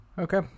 Okay